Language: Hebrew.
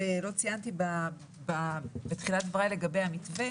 שלא ציינתי בתחילת דבריי לגבי המתווה